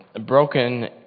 broken